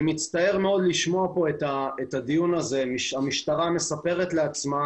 אני מצטער מאוד לשמוע כאן את הדיון הזה כאשר המשטרה מספרת לעצמה